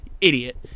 Idiot